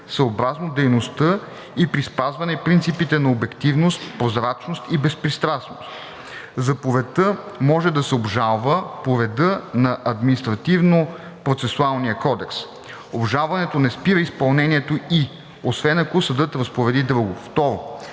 съобразно дейността и при спазване принципите на обективност, прозрачност и безпристрастност. Заповедта може да се обжалва по реда на Административнопроцесуалния кодекс. Обжалването не спира изпълнението ѝ, освен ако съдът разпореди друго.“ 2.